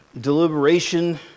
deliberation